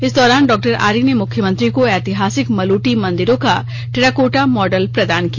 इस दौरान डॉ आर्य ने मुख्यमंत्री को ऐतिहासिक मलूटी मंदिरों का टेराकोटा मॉडल प्रदान किया